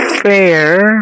Fair